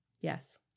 yes